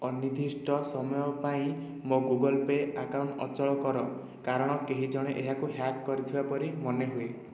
ଅନିର୍ଦ୍ଦିଷ୍ଟ ସମୟ ପାଇଁ ମୋ ଗୁଗଲ୍ପେ ଆକାଉଣ୍ଟ ଅଚଳ କର କାରଣ କେହିଜଣେ ଏହାକୁ ହ୍ୟାକ କରିଥିବା ପରି ମନେହୁଏ